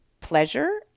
pleasure